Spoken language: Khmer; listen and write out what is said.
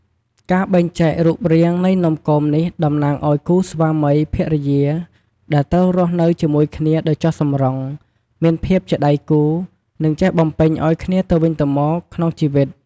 ការបែងចែករូបរាងនៃនំគមនេះតំណាងឲ្យគូស្វាមីភរិយាដែលត្រូវរស់នៅជាមួយគ្នាដោយចុះសម្រុង មានភាពជាដៃគូ និងចេះបំពេញឲ្យគ្នាទៅវិញទៅមកក្នុងជីវិត។